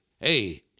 Hey